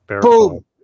Boom